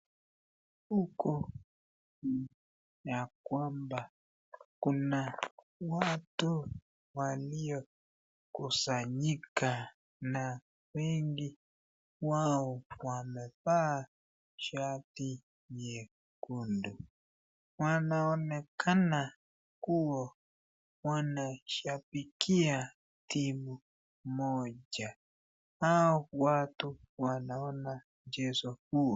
Huko ni ya kwamba kuna watu waliokusanyika na wengi wao wamevaa shati nyekundu. Wanaonekana kuwa wanashabikia timu moja au watu wanaona mchezo huo.